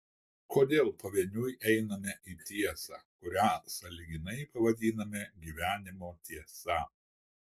kodėl pavieniui einame į tiesą kurią sąlyginai pavadiname gyvenimo tiesa